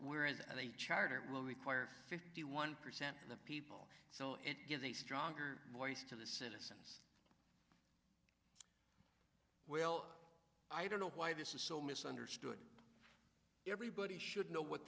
whereas at a charter it will require fifty one percent of the people so it gives a stronger voice to the citizens well i don't know why this is so misunderstood everybody should know what